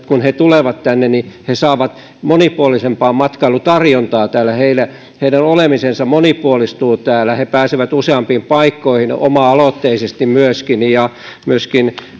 kun he tulevat tänne he saavat monipuolisempaa matkailutarjontaa täällä heidän olemisensa monipuolistuu täällä he myöskin pääsevät useampiin paikkoihin oma aloitteisesti ja myöskin